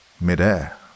midair